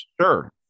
Sure